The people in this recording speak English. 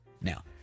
Now